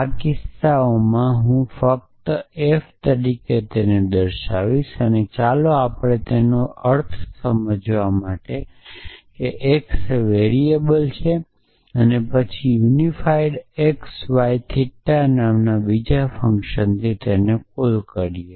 આ કિસ્સાઓ છે તેથી હું તેને ફક્ત f તરીકે લખીશ તેથી ચાલો આપણે આનો અર્થ એ સમજવા માટે કે x એ વેરિયેબલ છે પછી યુનિફાઇડ xy થીટા નામના બીજા ફંક્શનને કોલ કરીએ